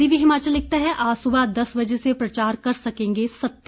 दिव्य हिमाचल लिखता है आज सुबह दस बजे से प्रचार कर सकेंगे सत्ती